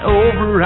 over